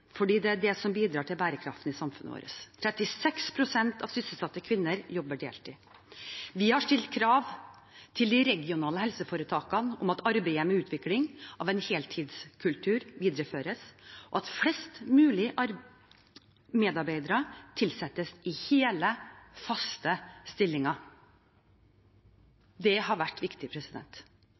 fordi det er det som bidrar til bærekraften i samfunnet vårt. 36 pst. av sysselsatte kvinner jobber deltid. Vi har stilt krav til de regionale helseforetakene om at arbeidet med utvikling av en heltidskultur videreføres, og at flest mulig medarbeidere tilsettes i hele, faste stillinger. Det har vært viktig.